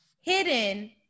hidden